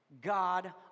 God